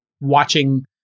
watching